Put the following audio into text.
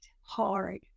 hard